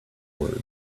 words